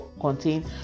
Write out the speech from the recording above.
contain